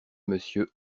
monsieur